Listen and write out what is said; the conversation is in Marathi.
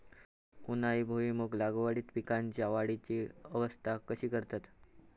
उन्हाळी भुईमूग लागवडीत पीकांच्या वाढीची अवस्था कशी करतत?